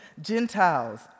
Gentiles